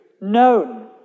known